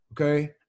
okay